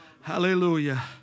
Hallelujah